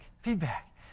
Feedback